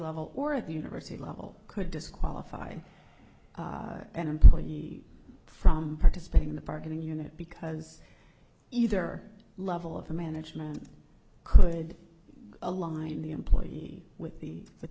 level or at the university level could disqualify an employee from participating in the parking unit because either level of management could align the employee with the with